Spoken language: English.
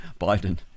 Biden